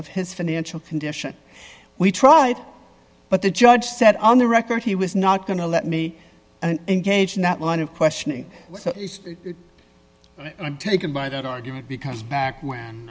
of his financial condition we tried but the judge said on the record he was not going to let me an engaged in that line of questioning and i'm taken by that argument because back when